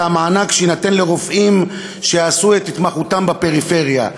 המענק שיינתן לרופאים שיעשו את התמחותם בפריפריה.